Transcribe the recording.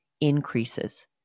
increases